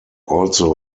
also